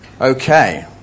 okay